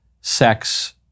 Sex